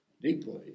deeply